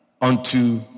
unto